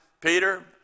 Peter